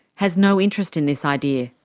has no interest in this idea.